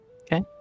Okay